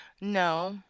No